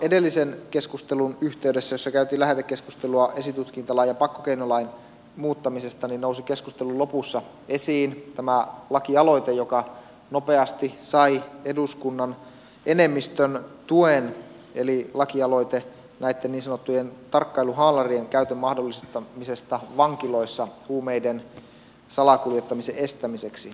edellisen keskustelun yhteydessä jossa käytiin lähetekeskustelua esitutkintalain ja pakkokeinolain muuttamisesta nousi keskustelun lopussa esiin tämä lakialoite joka nopeasti sai eduskunnan enemmistön tuen eli lakialoite näitten niin sanottujen tarkkailuhaalarien käytön mahdollistamisesta vankiloissa huumeiden salakuljettamisen estämiseksi